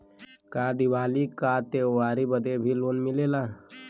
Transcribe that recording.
का दिवाली का त्योहारी बदे भी लोन मिलेला?